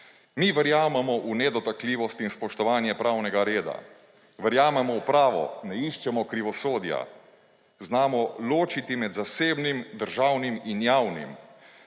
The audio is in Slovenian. Mi verjamemo v nedotakljivost in spoštovanje pravnega reda, verjamemo v pravo, ne iščemo krivosodja, znamo ločiti med zasebnim, državnim in javnim.